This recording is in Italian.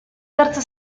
terza